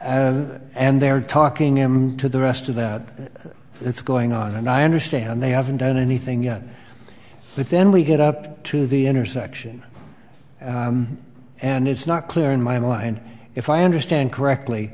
and and they're talking to the rest of that that's going on and i understand they haven't done anything yet but then we get up to the intersection and it's not clear in my mind if i understand correctly